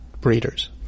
breeders